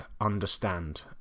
understand